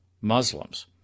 muslims